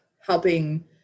helping